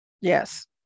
Yes